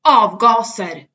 avgaser